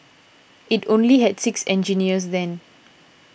it only had six engineers then